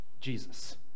Jesus